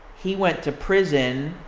he went to prison.